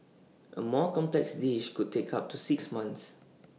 A more complex dish could take up to six months